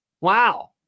Wow